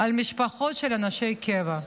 על משפחות של אנשי הקבע.